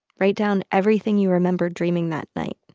write down everything you remember dreaming that night.